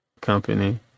Company